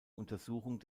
untersuchung